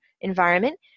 environment